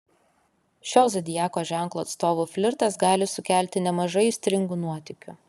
šio zodiako ženklo atstovų flirtas gali sukelti nemažai aistringų nuotykių